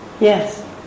Yes